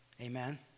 Amen